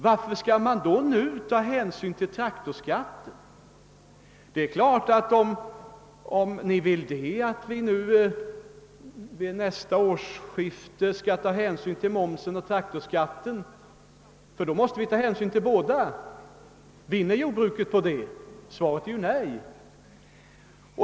Varför skall man då nu ta hänsyn till traktorskatten? Om ni vill det kan vi naturligtvis vid nästa årsskifte ta hänsyn till momsen och traktorskatten — ty då måste vi ta hänsyn till båda. Vinner jordbruket något på det? Svaret är nej.